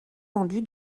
vendu